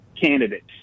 candidates